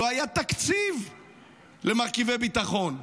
לא היה תקציב למרכיבי ביטחון.